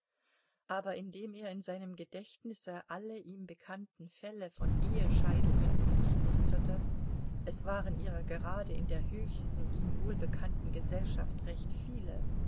aber indem er in seinem gedächtnisse alle ihm bekannten fälle von ehescheidungen durchmusterte es waren ihrer gerade in der höchsten ihm wohlbekannten gesellschaft recht viele